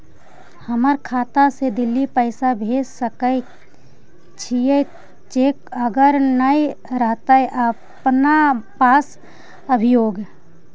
हमर खाता से दिल्ली पैसा भेज सकै छियै चेक अगर नय रहतै अपना पास अभियोग?